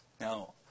Now